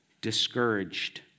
discouraged